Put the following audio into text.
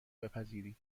بپذیری